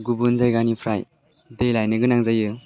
गुबुन जायगानिफ्राय दै लायनो गोनां जायो